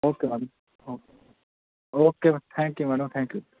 okay ma'am okay okay thank you madam thank you